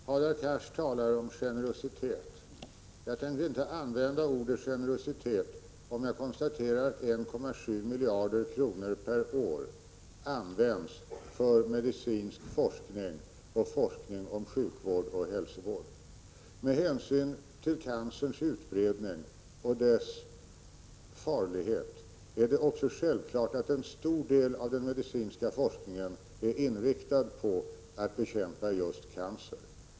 Fru talman! Hadar Cars talar om generositet. Jag tänker inte använda ordet generositet, om jag konstaterar att 1,7 miljarder kronor per år används för medicinsk forskning och forskning om sjukvård och hälsovård. Med hänsyn till cancerns utbredning och dess farlighet är det också självklart att en stor del av den medicinska forskningen är inriktad på att bekämpa just cancer.